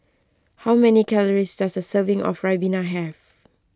how many calories does a serving of Ribena have